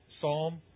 Psalm